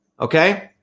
okay